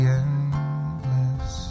endless